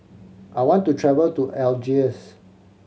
I want to travel to Algiers